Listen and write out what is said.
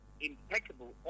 impeccable